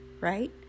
right